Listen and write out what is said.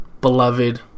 beloved